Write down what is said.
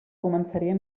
començaria